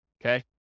Okay